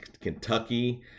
Kentucky